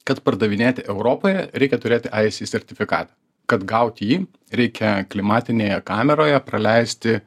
kad pardavinėti europoje reikia turėti aiesy sertifikatą kad gauti jį reikia klimatinėje kameroje praleisti